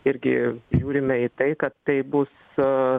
irgi žiūrime į tai kad tai bus